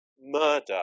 murder